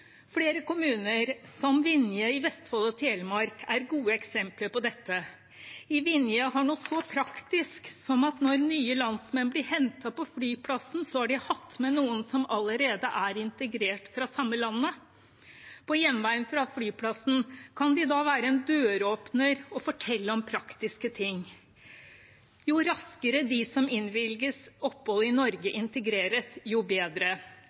Flere kommuner, som Vinje i Vestfold og Telemark, er gode eksempler på dette. I Vinje gjør de noe så praktisk som at når nye landsmenn blir hentet på flyplassen, har de med noen som allerede er integrert fra samme land. På hjemveien fra flyplassen kan de da være en døråpner og fortelle om praktiske ting. Jo raskere de som innvilges opphold i Norge, integreres, jo bedre.